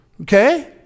Okay